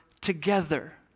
together